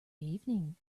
evening